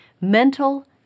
mental